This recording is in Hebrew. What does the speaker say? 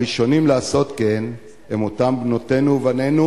הראשונים לעשות כן הם אותם בנותינו ובנינו